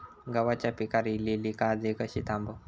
गव्हाच्या पिकार इलीली काजळी कशी थांबव?